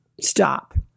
stop